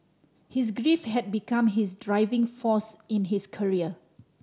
his grief had become his driving force in his career